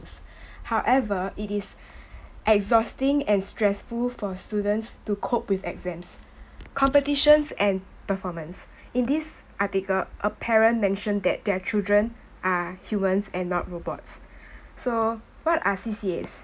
however it is exhausting and stressful for a students to cope with exams competitions and performance in this article a parent mention that their children are humans and not robots so what are C_C_As